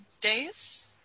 days